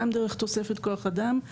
גם דרך תוספת כוח אדם.